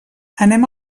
anem